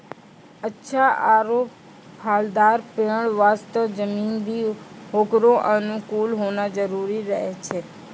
अच्छा आरो फलदाल पेड़ वास्तॅ जमीन भी होकरो अनुकूल होना जरूरी रहै छै